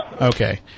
Okay